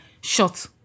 shot